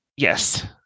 Yes